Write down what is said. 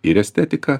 ir estetiką